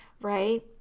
right